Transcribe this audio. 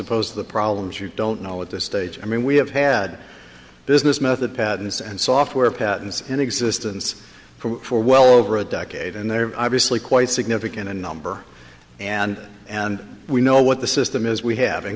opposed to the problems you don't know at this stage i mean we have had business method patents and software patents in existence for well over a decade and they're obviously quite significant in number and and we know what the system is we have in